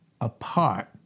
apart